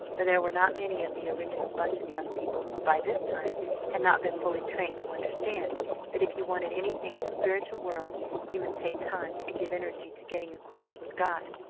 for there were not many of the original bunch of young people who by this time had not been fully trained to understand that if you wanted anything in the spiritual world you must take time and give energy to getting acquainted with god.